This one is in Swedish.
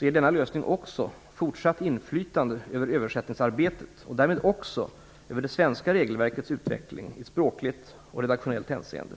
ger denna lösning också fortsatt inflytande över översättningsarbetet och därmed också över det svenska regelverkets utveckling i språkligt och redaktionellt hänseende.